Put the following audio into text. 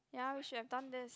ya we should have done this